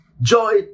Joy